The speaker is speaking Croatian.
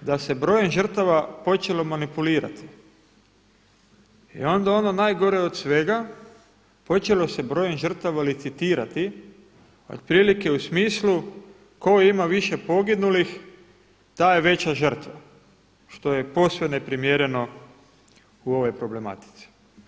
da se brojem žrtava počelo manipulirati i onda ono najgore od svega počelo se brojem žrtava licitirati otprilike u smislu tko ima više poginulih, taj je veća žrtva, što je posve neprimjereno u ovoj problematici.